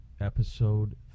Episode